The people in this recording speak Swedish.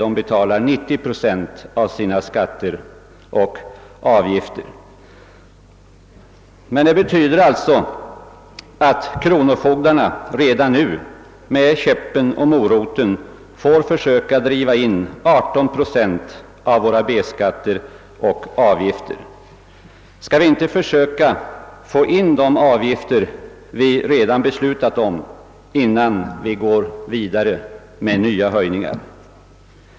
Där betalar man 90 procent av sina skatter och avgifter. Kronofogdarna i landet får alltså redan nu med käppen och moroten försöka driva in 18 procent av våra B-skatter och avgifter. Bör vi inte försöka se till att vi får in de avgifter vi redan beslutat om innan vi går vidare med nya höjningar?